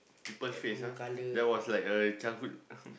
people face ah that was like a childhood